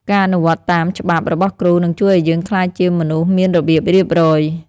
ការអនុវត្តតាម «ច្បាប់» របស់គ្រូ នឹងជួយឱ្យយើងក្លាយជាមនុស្សមានរបៀបរៀបរយ។